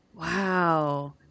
wow